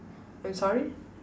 I'm sorry